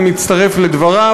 אני מצטרף לדבריו,